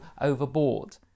overboard